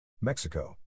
Mexico